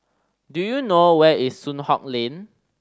do you know where is Soon Hock Lane